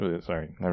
Sorry